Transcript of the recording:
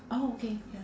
oh okay ya